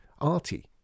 Artie